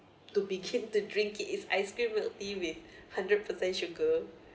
to begin to drink it it is ice cream milk tea with hundred percent sugar